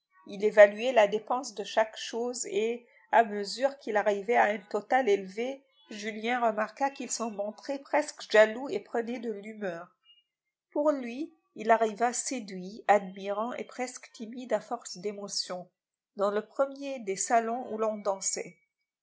il évaluait la dépense de chaque chose et à mesure qu'il arrivait à un total élevé julien remarqua qu'il s'en montrait presque jaloux et prenait de l'humeur pour lui il arriva séduit admirant et presque timide à force d'émotion dans le premier des salons où l'on dansait